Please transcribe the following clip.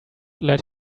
let